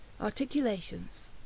Articulations